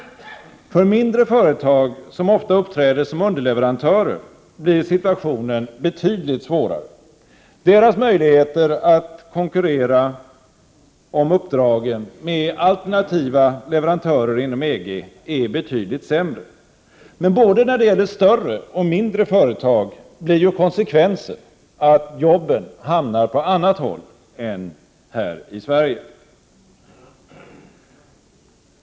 För mindre företag, som ofta uppträder som underleverantörer, blir situationen betydligt svårare. Deras möjligheter att konkurrera om uppdragen med alternativa leverantörer inom EG är betydligt sämre. Men både när det gäller större och mindre företag blir konsekvensen att jobben hamnar på annat håll än i Sverige.